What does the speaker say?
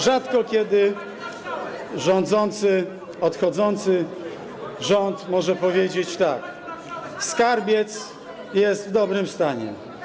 rzadko kiedy odchodzący rząd może powiedzieć tak: Skarbiec jest w dobrym stanie.